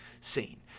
scene